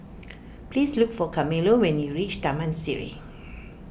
please look for Carmelo when you reach Taman Sireh